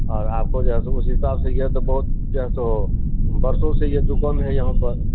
और आपको जो है सो उस हिसाब से ये तो है सो बहुत वर्षो से ये दुकान है यहाँ पर